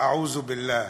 תאמין בזה.